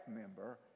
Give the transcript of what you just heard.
member